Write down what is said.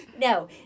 No